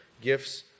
gifts